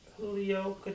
Julio